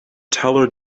teller